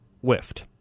whiffed